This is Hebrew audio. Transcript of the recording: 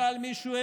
שאל מישהו.